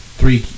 three